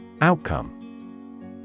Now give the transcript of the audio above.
Outcome